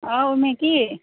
অঁ উৰ্মি কি